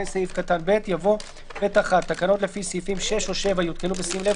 אחרי סעיף קטן (ב) יבוא: "(ב1)תקנות לפי סעיפים 6 או 7 יותקנו בשים לב